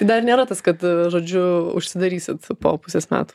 tai dar nėra tas kad žodžiu užsidarysit po pusės metų